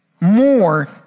more